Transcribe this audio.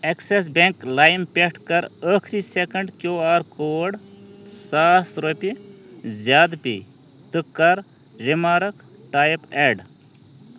Axis bank لایِم پٮ۪ٹھ کَر ٲخٕری سکینڈ کٮ۪و آر کوڈ ساس رۄپیہِ زیادٕ پے تہٕ کَر رِمارٕک ٹایِپ ایڈ